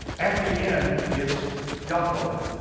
at the end, it's yaakov,